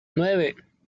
nueve